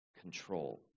control